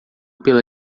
pela